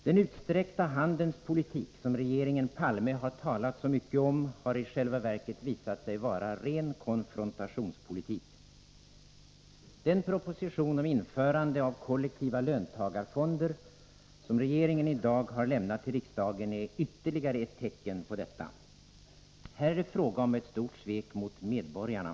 Den utsträckta handens politik, som regeringen Palme har talat så mycket om, har i själva verket visat sig vara ren konfrontationspolitik. Den proposition om införande av kollektiva löntagarfonder som regeringen i dag har lämnat till riksdagen är ytterligare ett tecken på detta. Här är det fråga om ett stort svek mot medborgarna.